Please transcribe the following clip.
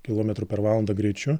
kilometrų per valandą greičiu